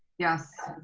yes.